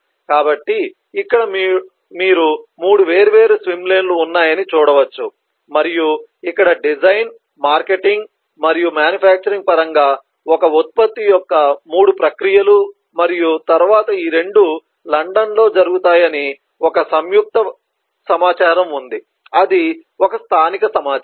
కాబట్టి ఇక్కడ మీరు 3 వేర్వేరు స్విమ్ లేన్ లు ఉన్నాయని చూడవచ్చు మరియు ఇక్కడ డిజైన్ మార్కెటింగ్ మరియు మ్యానుఫ్యాక్చరింగ్ పరంగా ఒక ఉత్పత్తి యొక్క 3 ప్రక్రియలు మరియు తరువాత ఈ రెండూ లండన్లో జరుగుతాయని ఒక సంయుక్త సమాచారం ఉంది అది ఒక స్థానిక సమాచారం